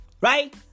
Right